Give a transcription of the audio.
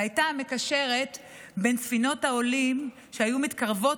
והייתה מקשרת בין ספינות העולים שהיו מתקרבות